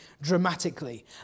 dramatically